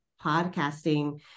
podcasting